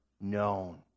known